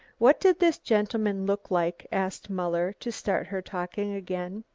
what did this gentleman look like? asked muller, to start her talking again.